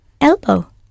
elbow